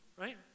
Right